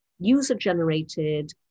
user-generated